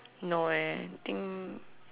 no eh I think